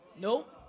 Nope